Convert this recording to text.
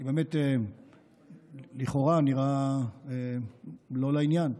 כי באמת לכאורה זה נראה לא לעניין,